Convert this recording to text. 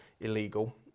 illegal